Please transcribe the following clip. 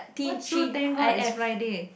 what's so thank god it's Friday